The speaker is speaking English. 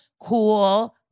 cool